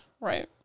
Right